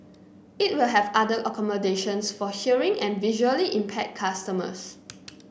it will have other accommodations for hearing and visually impaired customers